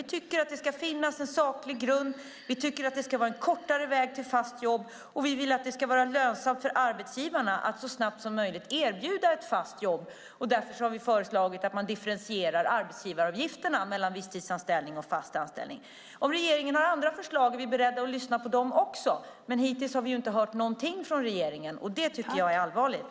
Vi tycker att det ska vara en kortare väg till fast jobb och vill att det ska vara lönsamt för arbetsgivarna att så snabbt som möjligt erbjuda ett fast jobb. Därför har vi föreslagit differentierade arbetsgivaravgifter för visstidsanställning och fast anställning. Om regeringen har andra förslag är vi beredda att lyssna på dem, men hittills har vi inte hört någonting från regeringen, och det tycker jag är allvarligt.